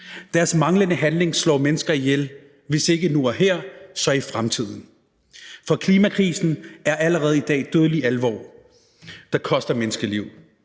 Deres manglende handling slår mennesker ihjel, hvis ikke nu og her, så i fremtiden. For klimakrisen er allerede i dag dødelig alvor, der koster menneskeliv.